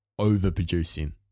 overproducing